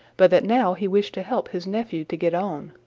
but that now he wished to help his nephew to get on.